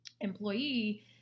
employee